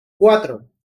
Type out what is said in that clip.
cuatro